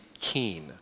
keen